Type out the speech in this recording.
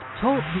Talk